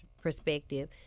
perspective